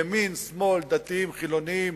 ימין, שמאל, דתיים, חילונים,